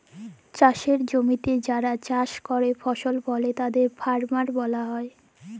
চাসের জমিতে যারা কাজ করেক ফসল ফলে তাদের ফার্ম ওয়ার্কার ব্যলে